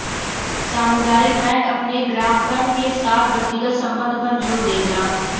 सामुदायिक बैंक अपने ग्राहकन के साथ व्यक्तिगत संबध पर जोर देवला